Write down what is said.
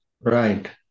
Right